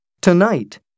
tonight